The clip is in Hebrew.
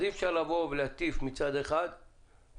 אז אי אפשר לבוא ולהטיף מצד אחד לממשלה,